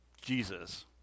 Jesus